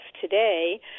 today